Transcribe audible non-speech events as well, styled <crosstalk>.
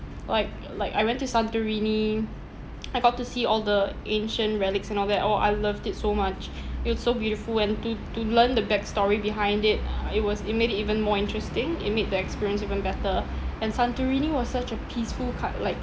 like like I went to santorini <noise> I got to see all the ancient relics and all that oh I loved it so much it was so beautiful and to to learn the backstory behind it uh it was it made it even more interesting it made the experience even better and santorini was such a peaceful kind like